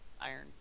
iron